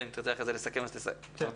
בסדר.